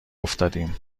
افتادیم